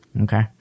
okay